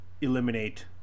eliminate